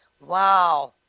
Wow